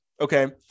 Okay